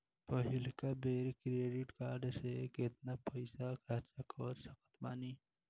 पहिलका बेर credit card से केतना पईसा खर्चा कर सकत बानी?